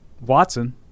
Watson